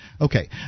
Okay